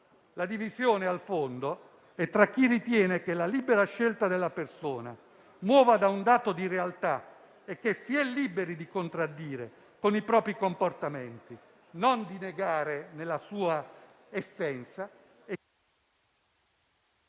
La divisione, al fondo, è tra chi ritiene che la libera scelta della persona muova da un dato di realtà che si è liberi di contraddire con i propri comportamenti ma non di negare nella sua essenza... *(Il